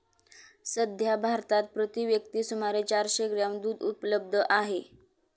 सध्या भारतात प्रति व्यक्ती सुमारे चारशे ग्रॅम दूध उपलब्ध आहे